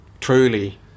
truly